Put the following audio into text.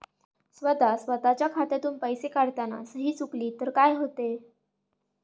स्वतः स्वतःच्या खात्यातून पैसे काढताना सही चुकली तर काय होते?